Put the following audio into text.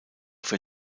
für